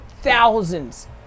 thousands